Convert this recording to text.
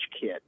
kid